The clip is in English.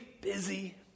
busy